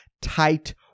tight